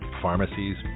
pharmacies